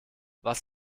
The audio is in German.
was